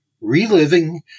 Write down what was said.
Reliving